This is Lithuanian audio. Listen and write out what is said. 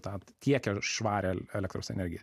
tą tiekia švarią elektros energiją